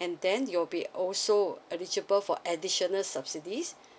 and then you'll be also eligible for additional subsidies